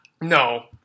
No